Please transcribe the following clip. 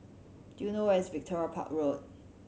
do you know where is Victoria Park Road